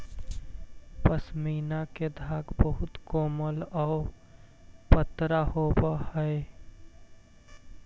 पशमीना के धागा बहुत कोमल आउ पतरा होवऽ हइ